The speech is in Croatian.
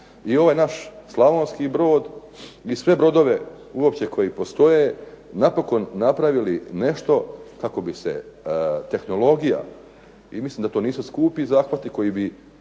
i ovaj naš Slavonski Brod i sve brodove koje uopće postoje napokon napravili nešto kako bi se tehnologija i mislim da to nisu skupi zahvati koji bi